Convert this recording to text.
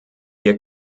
wir